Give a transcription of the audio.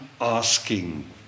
asking